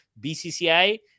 BCCI